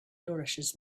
nourishes